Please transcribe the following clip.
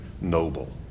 noble